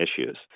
issues